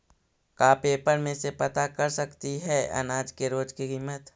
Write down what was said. का पेपर में से पता कर सकती है अनाज के रोज के किमत?